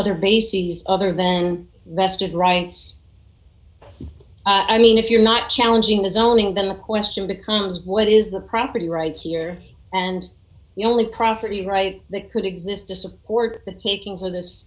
other bases other than wrested rights i mean if you're not challenging the zoning then the question becomes what is the property rights here and the only property rights that could exist to support the takings of th